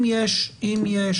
אם יש